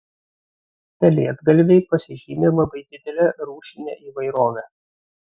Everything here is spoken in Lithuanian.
pelėdgalviai pasižymi labai didele rūšine įvairove